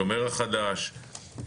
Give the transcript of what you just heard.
השומר החדש,